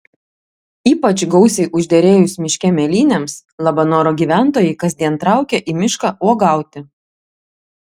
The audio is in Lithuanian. ypač gausiai užderėjus miške mėlynėms labanoro gyventojai kasdien traukia į mišką uogauti